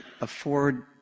afford